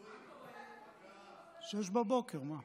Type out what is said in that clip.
06:00, מה,